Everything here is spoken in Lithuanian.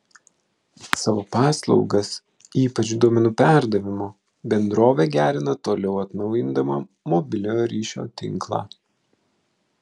savo paslaugas ypač duomenų perdavimo bendrovė gerina toliau atnaujindama mobiliojo ryšio tinklą